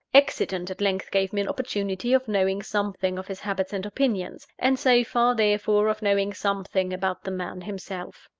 accident at length gave me an opportunity of knowing something of his habits and opinions and so far, therefore, of knowing something about the man himself.